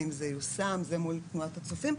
האם זה יושם זה מול תנועת הצופים,